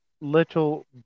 little